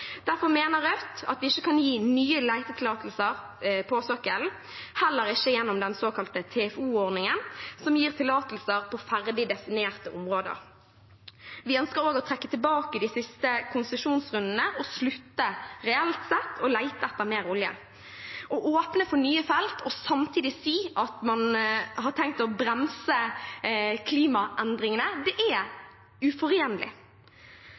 Derfor mener Rødt at vi ikke kan gi nye letetillatelser på sokkelen, heller ikke gjennom den såkalte TFO-ordningen, som gir tillatelser på ferdig definerte områder. Vi ønsker også å trekke tilbake de siste konsesjonsrundene og slutte reelt sett å lete etter mer olje. Å åpne for nye felt og samtidig si at man har tenkt å bremse klimaendringene, er uforenlig.